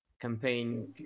campaign